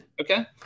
Okay